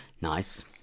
Nice